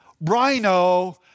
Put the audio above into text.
rhino